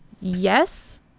Yes